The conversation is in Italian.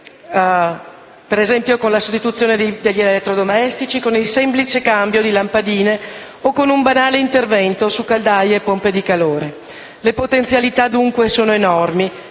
pareti, con la sostituzione di serramenti o degli elettrodomestici (con il semplice cambio di lampadine o con un banale intervento su caldaie e pompe di calore). Le potenzialità, dunque, sono enormi